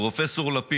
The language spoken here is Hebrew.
פרופ' לפיד,